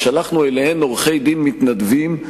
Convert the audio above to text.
ושלחנו אליהן עורכי-דין מתנדבים.